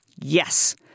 Yes